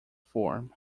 form